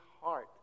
heart